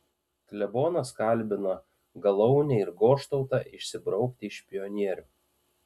klebonas kalbina galaunę ir goštautą išsibraukti iš pionierių